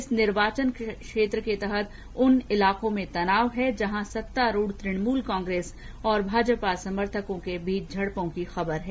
इस निर्वाचन क्षेत्र के तहत उन इलाकों में तनाव है जहां सत्तारूढ़ तृणमूल कांग्रेस और भाजपा समर्थकों के बीच झड़पों की खबर है